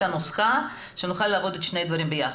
הנוסחה שנוכל לעבוד עם שני הדברים ביחד.